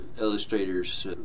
illustrators